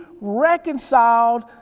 reconciled